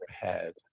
head